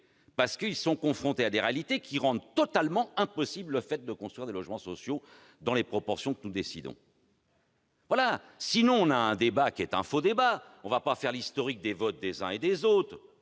de même, car confrontées à des réalités qui rendent totalement impossible le fait de construire des logements sociaux dans les proportions que nous décidons. Sinon, nous aurons un faux débat. Il ne s'agit pas de faire l'historique des votes des uns et des autres.